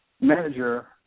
manager